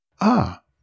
Ah